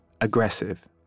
aggressive